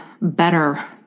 better